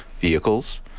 vehicles